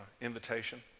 invitation